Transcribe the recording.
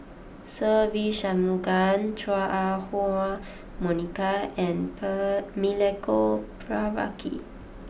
Se Ve Shanmugam Chua Ah Huwa Monica and Milenko Prvacki